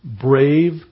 brave